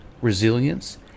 resilience